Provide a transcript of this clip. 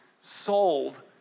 sold